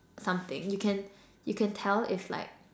something you can you can tell if like